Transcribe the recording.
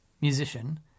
musician